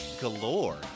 galore